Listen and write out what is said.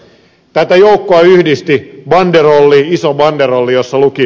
tätä joukkoa yhdisti iso banderolli jossa luki